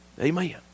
Amen